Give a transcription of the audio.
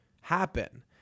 happen